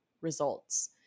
results